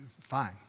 fine